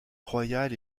royal